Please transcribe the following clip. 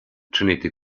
trinity